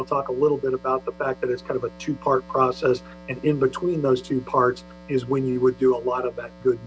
we'll talk a little bit about the fact that it's kind of a two part process and in between those two parts is when you would do a lot of